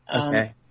Okay